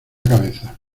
cabeza